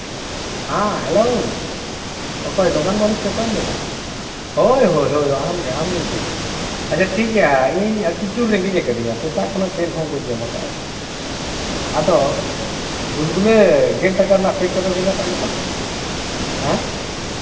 ᱦᱮᱸ ᱦᱮᱞᱳ ᱦᱮᱸ ᱫᱳᱠᱟᱱ ᱢᱟᱹᱞᱤᱠ ᱥᱮ ᱚᱠᱚᱭᱮᱢ ᱞᱟᱹᱭᱮᱫᱼᱟ ᱦᱳᱭ ᱦᱳᱭ ᱟᱢ ᱜᱮ ᱟᱢ ᱜᱮᱧ ᱠᱷᱚᱡᱮᱫ ᱢᱮᱭᱟ ᱟᱪᱪᱷᱟ ᱴᱷᱤᱠ ᱜᱮᱭᱟ ᱤᱧ ᱟᱹᱰᱤ ᱡᱳᱨ ᱨᱮᱸᱜᱮᱡ ᱠᱟᱹᱫᱤᱧᱟ ᱥᱮᱛᱟᱜ ᱠᱷᱚᱱ ᱪᱮᱫᱦᱚᱸ ᱵᱟᱹᱧ ᱡᱚᱢ ᱠᱟᱫᱟ ᱦᱮᱸ ᱥᱮ ᱟᱫᱚ ᱜᱩᱞ ᱜᱩᱞᱟᱹ ᱜᱮᱞ ᱴᱟᱠᱟ ᱨᱮᱱᱟᱜ ᱯᱮᱠ ᱠᱟᱛᱮᱫ ᱵᱷᱮᱡᱟ ᱠᱟᱜ ᱢᱮᱛᱚ